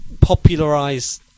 popularize